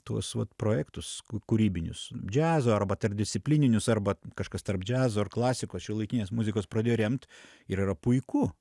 tuos vat projektus kūrybinius džiazo arba tarpdisciplininius arba kažkas tarp džiazo ir klasikos šiuolaikinės muzikos pradėjo remt ir yra puiku